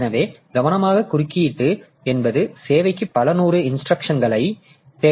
எனவே கவனமாக குறியீட்டு என்பது சேவைக்கு பல 100 இன்ஸ்டிரக்ஷன்கள் தேவைப்படுவதால்